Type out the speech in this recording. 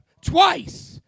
Twice